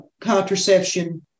contraception